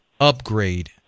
Upgrade